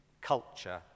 culture